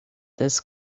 this